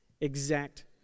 exact